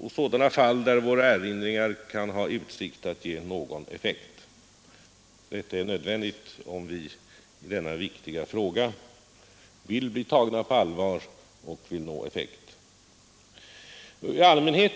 och sådana fall där våra erinringar kan ha utsikt att ge någon effekt. Detta är nödvändigt om vi i denna viktiga fråga vill bli tagna på allvar och vill nå något resultat.